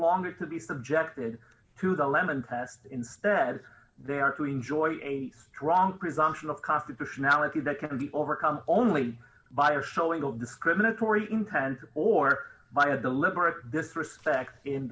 longer to be subjected to the lemon test instead they are to enjoy a strong presumption of constitutionality that can be overcome only by a showing of discriminatory intent or by a deliberate disrespect in